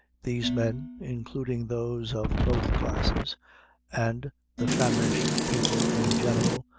these men including those of both classes and the famished people, in general,